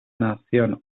nación